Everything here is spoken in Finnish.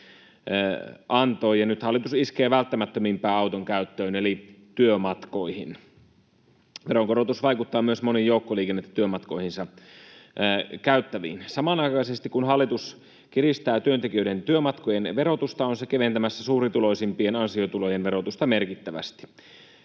antoi, ja nyt hallitus iskee välttämättömimpään auton käyttöön eli työmatkoihin. Veronkorotus vaikuttaa myös moniin joukkoliikennettä työmatkoihinsa käyttäviin. Samanaikaisesti, kun hallitus kiristää työntekijöiden työmatkojen verotusta, on se keventämässä suurituloisimpien ansiotulojen verotusta merkittävästi.